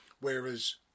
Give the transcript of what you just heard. Whereas